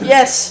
Yes